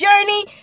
journey